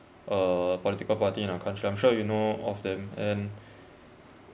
uh political party in our country I'm sure you know of them and